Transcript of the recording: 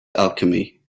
alchemy